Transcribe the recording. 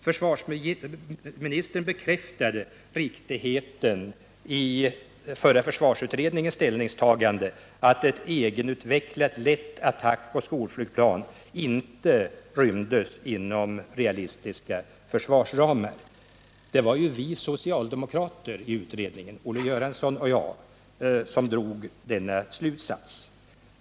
Försvarsministern bekräftade riktigheten i förra försvarsutredningens ställningstagande, att ett egenutvecklat lätt attackoch skolflygplan inte rymdes inom realistiska försvarsramar. Men det var ju vi socialdemokrater i utredningen — Olle Göransson och jag som drog denna slutsats.